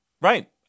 right